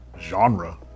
genre